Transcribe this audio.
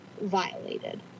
violated